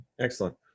excellent